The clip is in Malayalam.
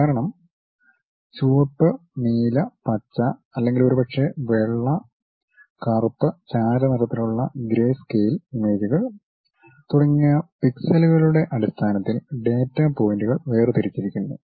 കാരണം ചുവപ്പ് നീല പച്ച അല്ലെങ്കിൽ ഒരുപക്ഷേ വെള്ള കറുപ്പ് ചാരനിറത്തിലുള്ള ഗ്രേസ്കെയിൽ ഇമേജുകൾ തുടങ്ങിയ പിക്സലുകളുടെ അടിസ്ഥാനത്തിൽ ഡാറ്റാ പോയിന്റുകൾ വേർതിരിച്ചിരിക്കുന്നു